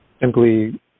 simply